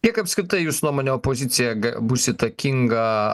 kiek apskritai jūsų nuomone opozicija bus įtakinga